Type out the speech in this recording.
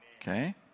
Okay